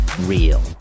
real